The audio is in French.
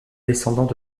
descendants